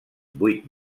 vuit